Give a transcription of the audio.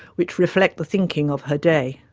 which reflect the thinking of her day.